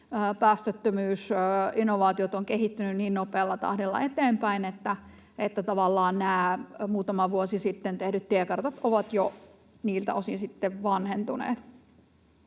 päästöttömyys, innovaatiot ovat kehittyneet niin nopealla tahdilla eteenpäin, että tavallaan nämä muutama vuosi sitten tehdyt tiekartat ovat jo niiltä osin sitten vanhentuneet.